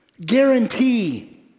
Guarantee